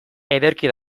ederki